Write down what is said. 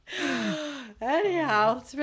Anyhow